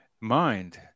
mind